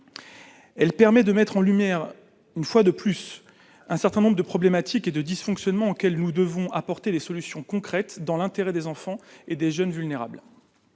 elle permet de mettre en lumière une fois de plus, un certain nombre de problématiques et de dysfonctionnements auxquels nous devons apporter des solutions concrètes dans l'intérêt des enfants et des jeunes vulnérables,